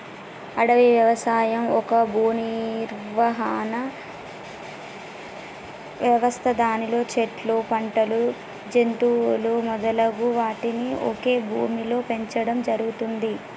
అడవి వ్యవసాయం ఒక భూనిర్వహణ వ్యవస్థ దానిలో చెట్లు, పంటలు, జంతువులు మొదలగు వాటిని ఒకే భూమిలో పెంచడం జరుగుతుంది